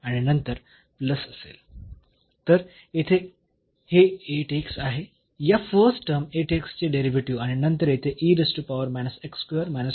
तर येथे हे आहे या फर्स्ट टर्म चे डेरिव्हेटिव्ह आणि नंतर येथे आहे